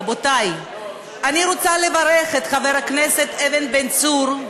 רבותי, אני רוצה לברך את חבר הכנסת יואב בן צור,